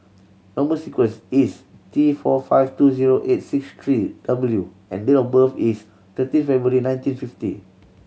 number sequence is T four five two zero eight six three W and date of birth is thirteen February nineteen fifty